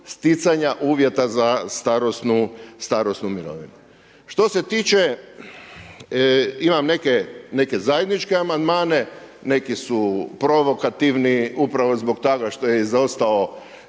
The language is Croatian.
sticanja uvjeta za starosnu mirovinu. Što se tiče, imam neke zajedničke amandmane, neki su provokativni upravo zbog toga što je izostao